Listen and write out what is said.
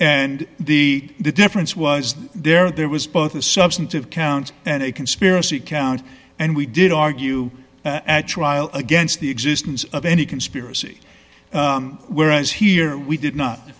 and the difference was there there was both a substantive counts and a conspiracy count and we did argue at trial against the existence of any conspiracy whereas here we did not